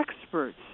experts